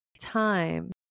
time